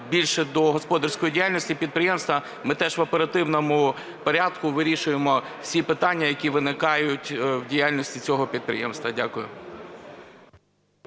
більше до господарської діяльності підприємства, ми теж в оперативному порядку вирішуємо всі питання, які виникають в діяльності цього підприємства. Дякую.